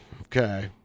Okay